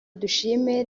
dushime